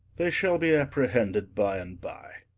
they shall be apprehended by and by